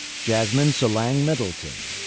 jasmine solange middleton,